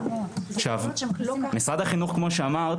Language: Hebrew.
משרד החינוך כמו שאמרת,